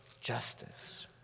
justice